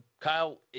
Kyle